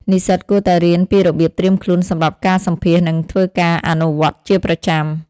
និស្សិតគួរតែរៀនពីរបៀបត្រៀមខ្លួនសម្រាប់ការសម្ភាសន៍ និងធ្វើការអនុវត្តន៍ជាប្រចាំ។